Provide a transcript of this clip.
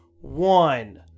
one